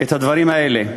את הדברים האלה,